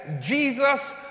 Jesus